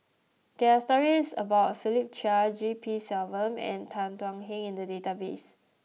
there are stories about Philip Chia G P Selvam and Tan Thuan Heng in the database